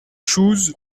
chooz